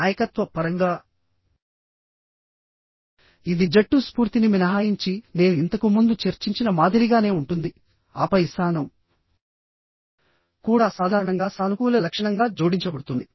నాయకత్వ పరంగా ఇది జట్టు స్ఫూర్తిని మినహాయించి నేను ఇంతకు ముందు చర్చించిన మాదిరిగానే ఉంటుంది ఆపై సహనం కూడా సాధారణంగా సానుకూల లక్షణంగా జోడించబడుతుంది